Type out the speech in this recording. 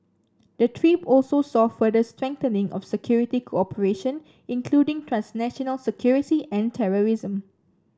the trip also saw further strengthening of security cooperation including transnational security and terrorism